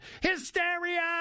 hysteria